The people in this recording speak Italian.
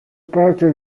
parte